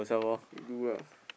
you do lah